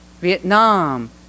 Vietnam